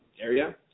area